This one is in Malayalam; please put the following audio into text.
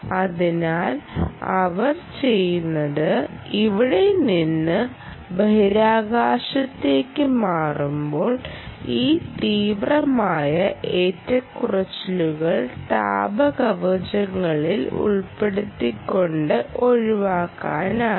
അതിനാൽ അവർ ചെയ്യുന്നത് ഇവിടെ നിന്ന് ബഹിരാകാശത്തേക്ക് മാറുമ്പോൾ ഈ തീവ്രമായ ഏറ്റക്കുറച്ചിലുകൾ താപ കവചങ്ങളിൽ ഉൾപ്പെടുത്തിക്കൊണ്ട് ഒഴിവാക്കാനാകും